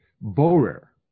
borer